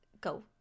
go